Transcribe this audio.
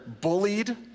bullied